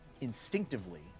instinctively